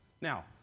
Now